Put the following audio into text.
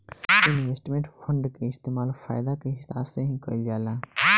investment fund के इस्तेमाल फायदा के हिसाब से ही कईल जाला